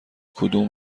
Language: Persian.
کدوم